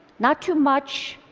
not too much,